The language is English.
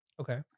Okay